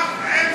מה עם